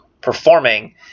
performing